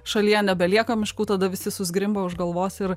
šalyje nebelieka miškų tada visi susgrimba už galvos ir